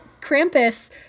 Krampus